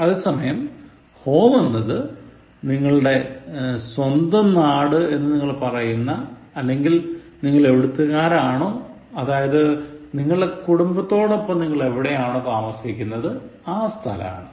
അതേസമയം home എന്നത് നിങ്ങളുടെ സ്വന്തം നാട് എന്ന് നിങ്ങൾ പറയുന്ന അല്ലെങ്ങിൽ നിങ്ങൾ എവിടുത്തുകാരാണോ അതായത് നിങ്ങളുടെ കുടുംബത്തോടൊപ്പം നിങ്ങൾ എവിടെയാണോ താസമിക്കുന്നത് ആ സ്ഥലം ആണ്